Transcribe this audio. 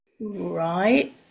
Right